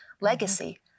legacy